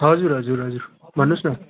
हजुर हजुर हजुर भन्नुहोस् न